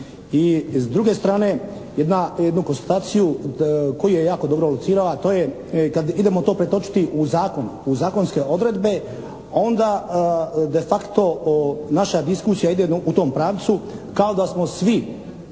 I s druge strane, jednu konstataciju koju je jako dobro locirao a to je kad idemo to pretočiti u zakon, u zakonske odredbe onda de facto naša diskusija ide u tom pravcu kao da smo svi,